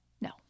No